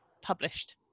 published